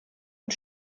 und